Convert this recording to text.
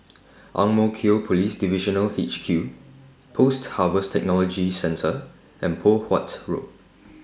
Ang Mo Kio Police Divisional H Q Post Harvest Technology Centre and Poh Huat Road